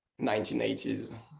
1980s